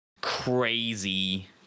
crazy